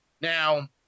Now